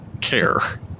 care